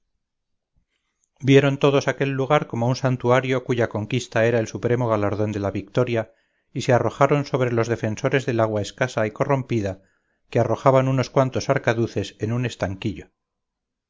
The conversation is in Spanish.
vieron todos aquel lugar como un santuario cuya conquista era el supremo galardón de la victoria y se arrojaron sobre los defensores del agua escasa y corrompida que arrojaban unos cuantos arcaduces en un estanquillo